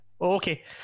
Okay